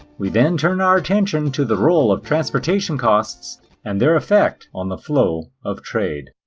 we then turn our attention to the role of transportation costs and their effect on the flow of trade.